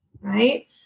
right